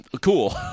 Cool